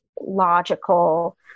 logical